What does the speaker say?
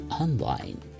online